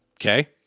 Okay